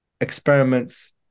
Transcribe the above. experiments